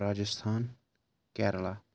Rajasthan Kerala